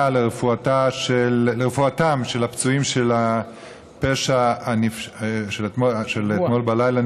לרפואתם של הפצועים של הפשע של אתמול בלילה,